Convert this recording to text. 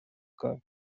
car